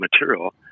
material